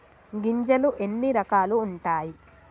గింజలు ఎన్ని రకాలు ఉంటాయి?